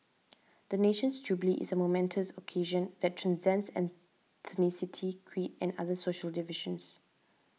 the nation's jubilee is a momentous occasion that transcends ethnicity creed and other social divisions